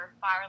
Fire